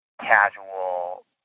casual